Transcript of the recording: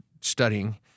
studying